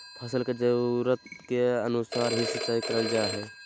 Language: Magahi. फसल के जरुरत के अनुसार ही सिंचाई करल जा हय